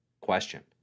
question